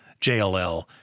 JLL